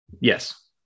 yes